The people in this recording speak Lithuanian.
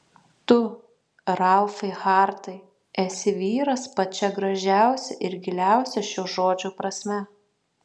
tu ralfai hartai esi vyras pačia gražiausia ir giliausia šio žodžio prasme